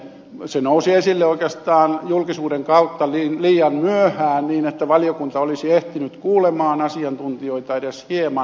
se nousi esille oikeastaan julkisuuden kautta liian myöhään että valiokunta olisi ehtinyt kuulemaan asiantuntijoita edes hieman